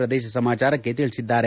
ಪ್ರದೇಶ ಸಮಾಚಾರಕ್ಕೆ ತಿಳಿಸಿದ್ದಾರೆ